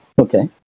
Okay